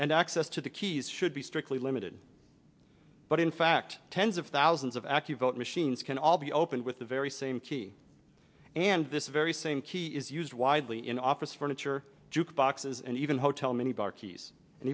and access to the keys should be strictly limited but in fact tens of thousands of accu vote machines can all be opened with the very same key and this very same key is used widely in office furniture juke boxes and even hotel mini bar keys and